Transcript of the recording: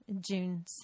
June